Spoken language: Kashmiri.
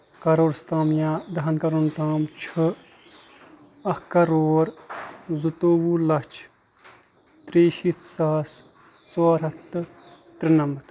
کَرورَس تام یا دَہن کَرورن تام چھُ اکھ کَرور زٕ تووُہ لَچھ تریٚیہِ شیٖتھ ساس ژور ہَتھ تہٕ ترُنَمَتھ